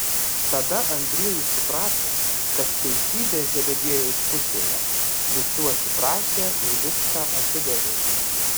tada andriejus suprato kad teisybė zebediejaus pusėje visų atsiprašė ir viską atidavė